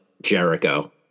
Jericho